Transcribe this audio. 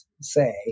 say